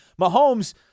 Mahomes